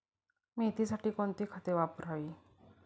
मेथीसाठी कोणती खते वापरावी?